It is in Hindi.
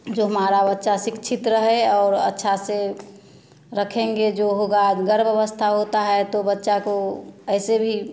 जो हमारा बच्चा शिक्षित रहे और अच्छा से रखेंगे जो होगा गर्भ अवस्था होता है तो बच्चा को ऐसे भी